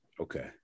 Okay